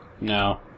No